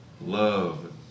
love